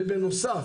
ובנוסף,